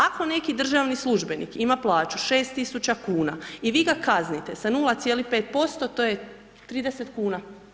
Ako neki državni službenik ima plaću 6 tisuća kuna i vi ga kaznite sa 0,5%, to je 30 kn.